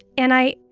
and i